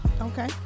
Okay